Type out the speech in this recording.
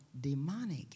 demonic